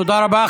תודה רבה.